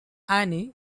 annie